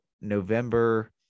November